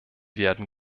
werden